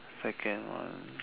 second one